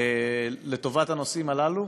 לטובת הנושאים הללו,